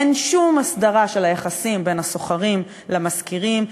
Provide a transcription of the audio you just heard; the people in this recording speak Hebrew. אין שום הסדרה של היחסים בין השוכרים למשכירים,